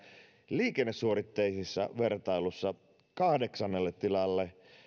liikennesuoritteisessa vertailussa kahdeksannelle tilalle